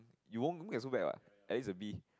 you won't get so bad what at least a B